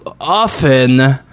often